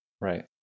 right